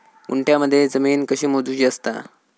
गुंठयामध्ये जमीन कशी मोजूची असता?